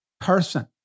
person